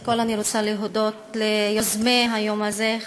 קודם כול אני רוצה להודות ליוזמי היום הזה,